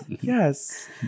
yes